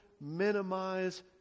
minimize